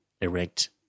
erect